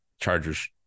Chargers